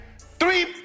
Three